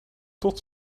tot